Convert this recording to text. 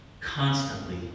constantly